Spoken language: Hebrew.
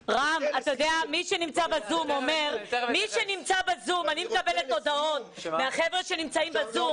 רם, אני מקבלת הודעות מחבר'ה שנמצאים בזום.